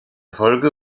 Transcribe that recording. folge